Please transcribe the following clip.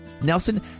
Nelson